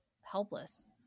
helpless